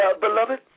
beloved